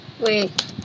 Wait